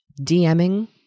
DMing